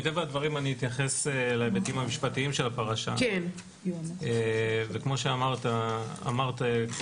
מטבע הדברים אני אתייחס להיבטים המשפטיים של הפרשה וכמו שאמרת כבודה,